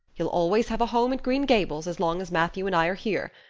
you'll always have a home at green gables as long as matthew and i are here,